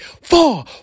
four